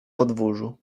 podwórzu